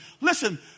Listen